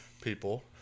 people